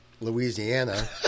Louisiana